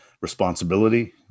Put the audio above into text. responsibility